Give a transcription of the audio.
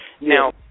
Now